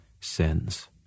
sins